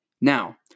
now